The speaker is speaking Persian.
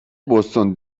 بوستون